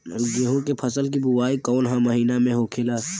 गेहूँ के फसल की बुवाई कौन हैं महीना में होखेला?